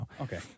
Okay